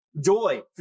Joy